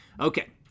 Okay